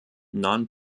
non